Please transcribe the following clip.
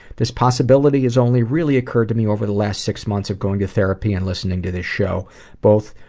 this possibility has only really occurred to me over the last six months of going to therapy and listening to this show both